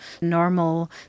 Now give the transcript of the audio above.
normal